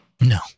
No